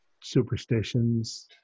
superstitions